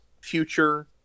future